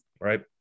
right